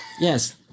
yes